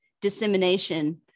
dissemination